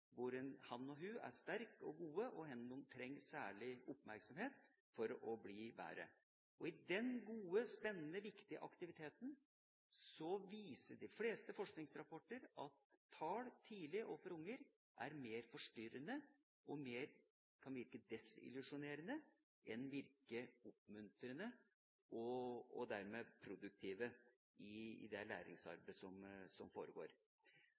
gode, og hvor de trenger særlig oppmerksomhet for å bli bedre. I den gode, spennende og viktige aktiviteten viser de fleste forskningsrapporter at tallkarakterer for unger tidlig er mer forstyrrende og kan virke desillusjonerende mer enn å virke oppmuntrende og dermed produktivt i det læringsarbeidet som foregår.